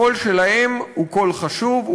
הקול שלהם הא קול חשוב,